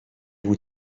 vous